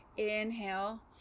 Inhale